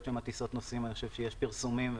שמטיסות נוסעים יש פרסומים,